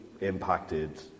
impacted